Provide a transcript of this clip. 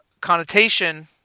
connotation